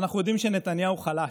אנחנו יודעים שנתניהו חלש,